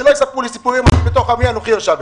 שלא יספרו לי סיפורים, בתוך עמי אנכי יושב.